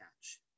catch